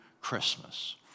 Christmas